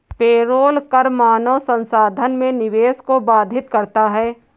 payroll कर मानव संसाधन में निवेश को बाधित करता है